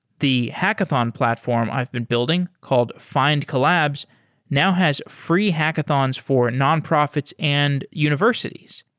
the hackathon platform i've been building called findcollabs now has free hackathons for nonprofits and universities.